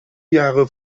jahre